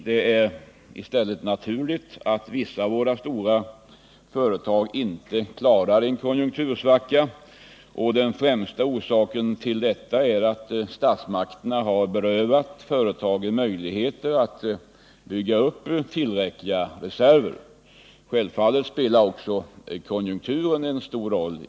Det är i stället naturligt att vissa av våra stora företag inte klarar en konjunktursvacka, och den främsta orsaken till detta är att statsmakterna har berövat företagen möjligheten att bygga upp tillräckliga reserver. Självfallet spelar också konjunkturen en stor roll.